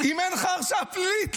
אם אין לך הרשעה פלילית,